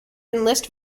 enlist